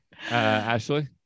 Ashley